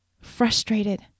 frustrated